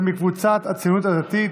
קבוצת סיעת הציונות הדתית: